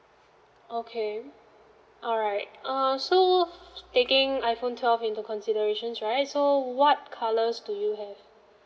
okay alright uh so taking iphone twelve into considerations right so what colours do you have